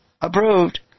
Approved